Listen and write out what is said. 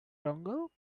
dongle